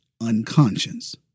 unconscious